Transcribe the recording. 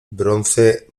bronce